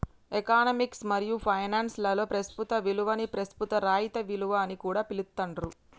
economics మరియు finance లలో ప్రస్తుత విలువని ప్రస్తుత రాయితీ విలువ అని కూడా పిలుత్తాండ్రు